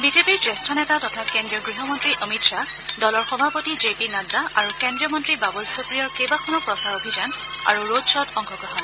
বিজেপিৰ জ্যেষ্ঠ নেতা তথা কেন্দ্ৰীয় গৃহমন্ত্ৰী অমিত শ্বাহ দলৰ সভাপতি জে পি নাড্ডা আৰু কেদ্ৰীয় মন্ত্ৰী বাবুল সুপ্ৰিয়ৰ কেইবাখনো প্ৰচাৰ অভিযান আৰু ৰোড শ্বত অংশগ্ৰহণ